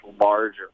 larger